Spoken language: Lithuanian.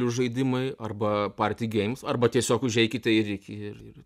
žaidimai arba party games arba tiesiog užeikite į rikį ir ir